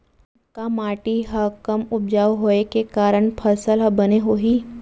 का माटी हा कम उपजाऊ होये के कारण फसल हा बने होही?